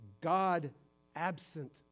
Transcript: God-absent